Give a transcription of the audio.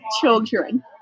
children